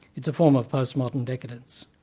it's a form of post-modern decadence.